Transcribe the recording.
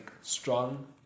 strong